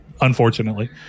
Unfortunately